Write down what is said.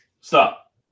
stop